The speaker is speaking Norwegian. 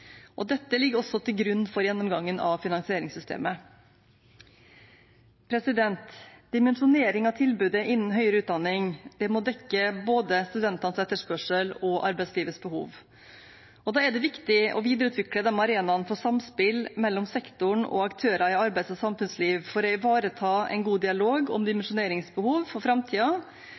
Dette ligger også til grunn for gjennomgangen av finansieringssystemet. Dimensjonering av tilbudet innen høyere utdanning må dekke både studentenes etterspørsel og arbeidslivets behov. Da er det viktig å videreutvikle arenaene for samspill mellom sektoren og aktører i arbeids- og samfunnsliv for å ivareta en god dialog om dimensjoneringsbehov for